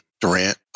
Durant